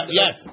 yes